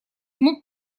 мог